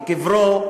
בקברו,